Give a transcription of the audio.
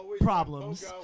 problems